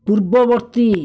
ପୂର୍ବବର୍ତ୍ତୀ